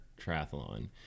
triathlon